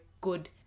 good